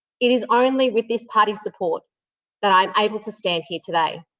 it is only with this party's support that i am able to stand here today.